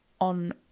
on